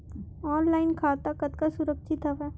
Online खाता कतका सुरक्षित हवय?